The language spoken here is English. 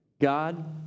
God